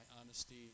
honesty